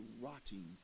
rotting